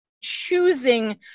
choosing